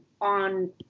on